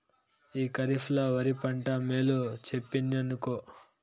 ఈ కరీఫ్ ల ఒరి పంట మేలు చెప్పిందినుకో